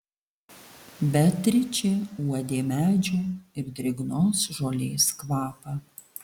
beatričė uodė medžių ir drėgnos žolės kvapą